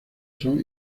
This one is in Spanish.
son